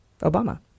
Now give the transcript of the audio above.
Obama